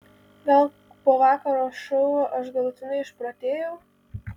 gal po vakaro šou aš galutinai išprotėjau